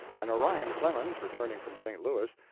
and orion clemens, returning from st. louis,